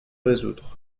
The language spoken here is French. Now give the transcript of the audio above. résoudre